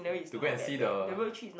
to go and see the